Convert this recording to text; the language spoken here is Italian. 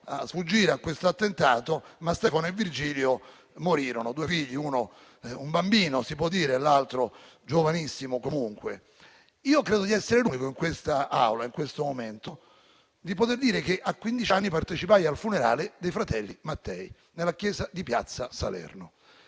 a sfuggire a quell'attentato, ma Stefano e Virgilio morirono, due figli, uno un bambino e l'altro comunque giovanissimo. Io credo di essere l'unico, in quest'Aula, in questo momento, a poter dire che, a quindici anni, ho partecipato al funerale dei fratelli Mattei, nella chiesa di piazza Salerno.